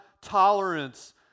tolerance